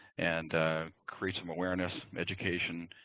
and create some awareness, education,